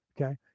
okay